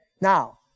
now